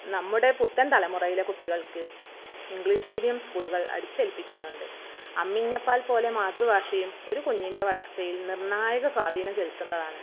നമ്മുടെ പുത്തൻ തലമുറയിലെ കുട്ടികൾക്ക് ഇംഗ്ലീഷ് മീഡിയം സ്കൂളുകൾ അടിച്ചേൽപ്പിക്കുന്നുണ്ട് അമ്മിഞ്ഞപ്പാൽ പോലെ മാതൃഭാഷയും ഒരു കുഞ്ഞിൻ്റെ വളർച്ചയിൽ നിർണ്ണായക സ്വാധീനം ചെലുത്തുന്നതാണ്